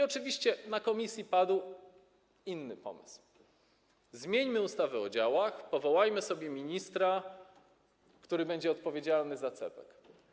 Oczywiście w komisji padł inny pomysł: zmieńmy ustawę o działach, powołajmy sobie ministra, który będzie odpowiedzialny za CPK.